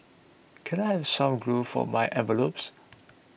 can I have some glue for my envelopes